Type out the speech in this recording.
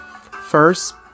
first